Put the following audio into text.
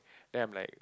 then I'm like